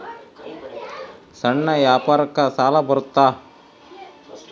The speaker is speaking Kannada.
ಸಣ್ಣ ವ್ಯಾಪಾರಕ್ಕ ಸಾಲ ಬರುತ್ತಾ?